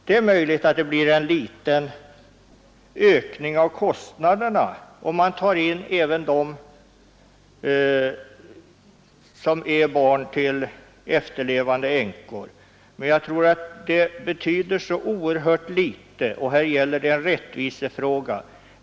Det är möjligt att det blir en liten ökning av kostnaderna, om man tar in även barn till änkor, men jag tror att det betyder så oerhört litet, och här gäller det en rättvisefråga.